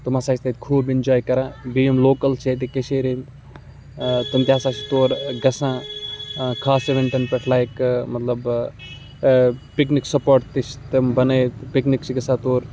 تٕم ہَسا چھِ تَتہِ خوٗب اِنجاے کَران بیٚیہِ یِم لوکَل چھِ ییٚتِکۍ کٔشیٖرِ ہِنٛدۍ تِم تہِ ہَسا چھِ تور گژھان خاص اِوینٹَن پٮ۪ٹھ لایک مطلب پِکنِک سپاٹ تہِ چھِ تِم بَنٲیِتھ پِکنِک چھِ گژھان تور